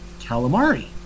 calamari